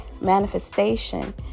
manifestation